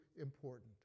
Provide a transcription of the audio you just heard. important